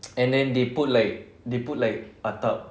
and then they put like they put like atap